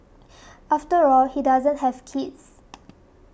after all he doesn't have kids